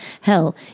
Hell